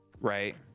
right